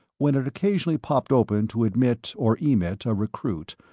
when it occasionally popped open to admit or emit a recruit,